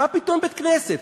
מה פתאום בית-כנסת?